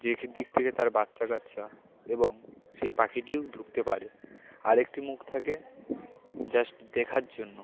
যে দিক থেকে তার বাচ্চা কাচ্চা এবং সেই পাখিটিও ঢুকতে পারে আরেকটি মুখ থাকে জাস্ট দেখার জন্য